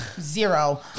Zero